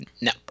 No